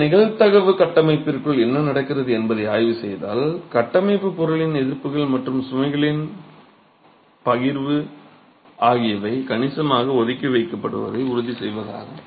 இந்த நிகழ்தகவு கட்டமைப்பிற்குள் என்ன நடக்கிறது என்பதை நீங்கள் ஆய்வு செய்தால் கட்டமைப்புப் பொருளின் எதிர்ப்புகள் மற்றும் சுமைகளின் பகிர்வு ஆகியவை கணிசமாக ஒதுக்கி வைக்கப்படுவதை உறுதி செய்வதாகும்